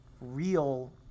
real